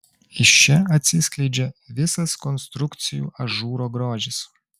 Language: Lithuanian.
iš čia atsiskleidžia visas konstrukcijų ažūro grožis